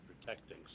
protecting